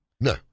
No